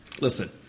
Listen